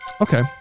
Okay